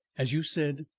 as you said,